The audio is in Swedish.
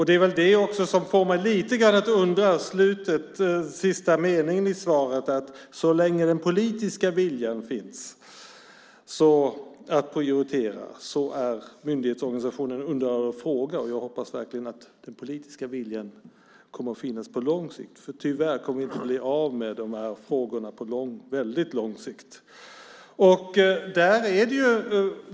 Det är också det som får mig lite grann att undra över slutet i svaret. Där sägs: "Så länge den politiska viljan finns att prioritera - är myndighetsorganisationen en underordnad fråga". Jag hoppas att den politiska viljan kommer att finnas på lång sikt. Tyvärr kommer vi inte att bli av med frågorna under väldigt lång tid.